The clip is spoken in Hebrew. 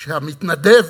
המתנדב,